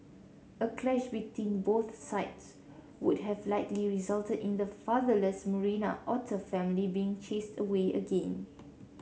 a clash between both sides would have likely resulted in the fatherless Marina otter family being chased away again